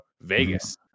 Vegas